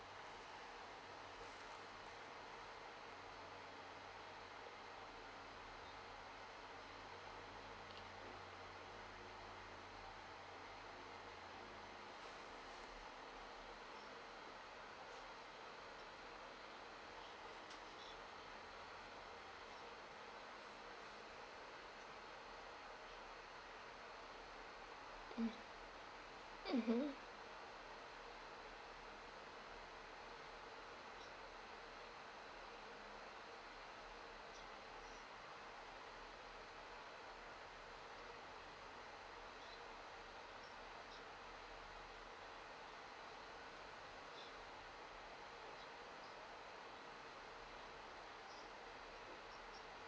mm mmhmm